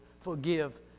forgive